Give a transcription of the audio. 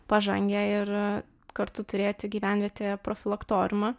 pažangią ir kartu turėti gyvenvietėje profilaktoriumą